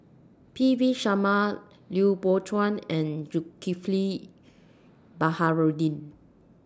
P V Sharma Lui Pao Chuen and Zulkifli Baharudin